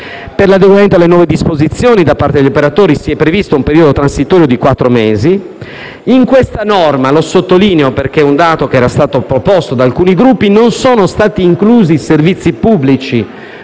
Per l'adeguamento alle nuove disposizioni da parte degli operatori si è previsto un periodo transitorio di quattro mesi. In questa norma - lo sottolineo, perché si tratta di un dato proposto da alcuni Gruppi - non sono stati inclusi i servizi pubblici,